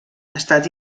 estat